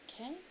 Okay